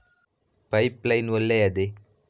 Pipe line ಒಳ್ಳೆಯದೇ?